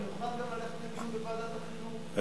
אני גם מוכן ללכת לדיון בוועדת החינוך,